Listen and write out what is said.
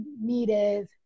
needed